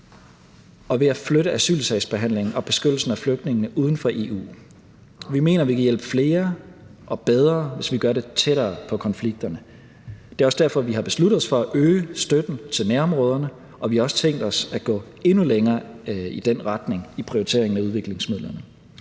og ved at flytte asylsagsbehandlingen og beskyttelsen af flygtningene uden for EU. Vi mener, at vi kan hjælpe flere og bedre, hvis vi gør det tættere på konflikterne. Det er også derfor, at vi har besluttet os for at øge støtten til nærområderne. Og vi har også tænkt os at gå endnu længere i den retning ved prioriteringen af udviklingsmidlerne.